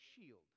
shield